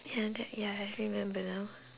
ya that ya I remember now